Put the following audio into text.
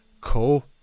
cool